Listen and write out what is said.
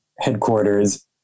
headquarters